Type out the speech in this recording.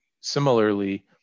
Similarly